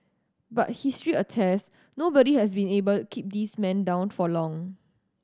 but history attests nobody has been able keep this man down for long